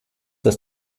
das